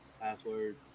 password